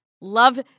love